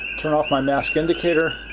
turn off my mask indicator.